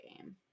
game